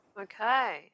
Okay